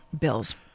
bills